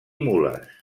mules